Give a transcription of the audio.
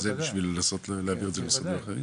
בשביל לנסות להעביר את זה למשרדים אחרים?